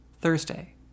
Thursday